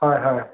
হয় হয়